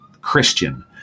Christian